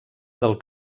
del